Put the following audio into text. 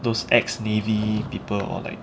those ex navy people or like